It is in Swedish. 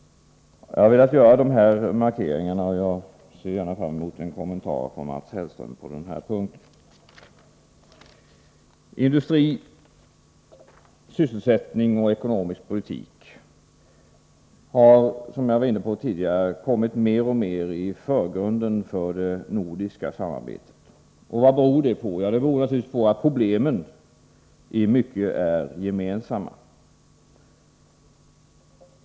Jag har velat göra de här markeringarna, och jag ser fram mot en kommentar från Mats Hellström på denna punkt. Industri, sysselsättning och ekonomisk politik har, som jag var inne på tidigare, kommit mer och mer i förgrunden för det nordiska samarbetet. Vad beror det på? Ja, det beror naturligtvis på att problemen i mycket är gemensamma.